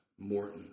Morton